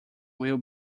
will